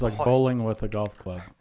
like bowling with a golf club,